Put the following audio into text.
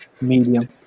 Medium